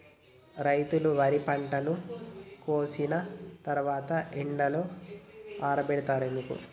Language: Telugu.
రైతులు వరి పంటను కోసిన తర్వాత ఎండలో ఆరబెడుతరు ఎందుకు?